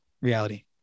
reality